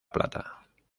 plata